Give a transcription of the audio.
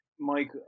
Mike